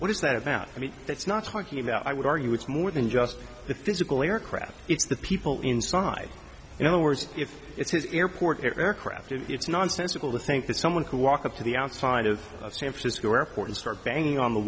what is that about i mean that's not talking about i would argue it's more than just the physical aircraft it's the people inside in other words if it's his airport their aircraft and it's nonsensical to think that someone who walked up to the outside of a san francisco airport and start banging on the